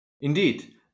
Indeed